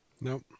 Nope